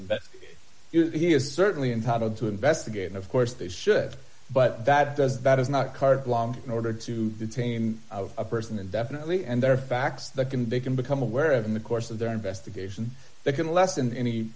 but he is certainly entitled to investigate and of course they should but that does that is not carte long in order to detain a person indefinitely and there are facts that can they can become aware of in the course of their investigation they can lessen any